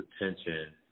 attention